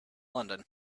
london